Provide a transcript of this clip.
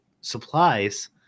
supplies